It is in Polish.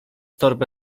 torbę